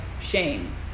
shame